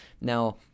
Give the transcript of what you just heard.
Now